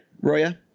Roya